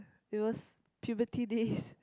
it was puberty days